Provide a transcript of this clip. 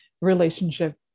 Relationship